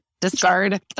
discard